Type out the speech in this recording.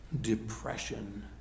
depression